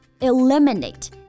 eliminate